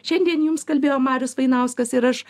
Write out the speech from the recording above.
šiandien jums kalbėjo marius vainauskas ir aš